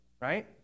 right